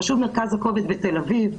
חשוב מרכז הכובד בתל אביב.